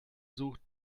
sucht